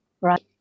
right